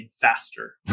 faster